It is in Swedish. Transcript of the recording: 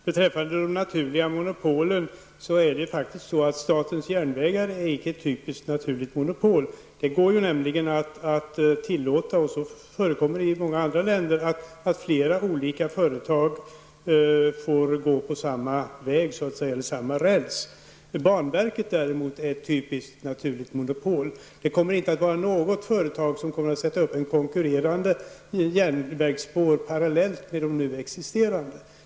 Herr talman! Statens järnvägar är icke ett typiskt naturligt monopol. Det kan tillåtas -- vilket förekommer i många andra länder -- att flera olika företag får använda samma räls. Banverket däremot är ett typiskt naturligt monopol. Inget företag kommer att sätta upp konkurrerande järnvägsspår parallellt med dem som nu existerar.